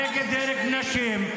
נגד הרג נשים,